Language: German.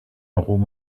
rom